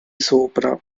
sopra